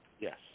Yes